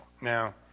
Now